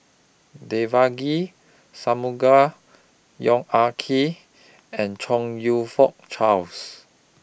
Devagi Sanmugam Yong Ah Kee and Chong YOU Fook Charles